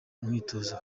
umwitozo